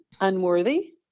unworthy